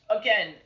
again